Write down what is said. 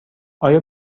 آیا